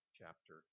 chapter